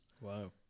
Wow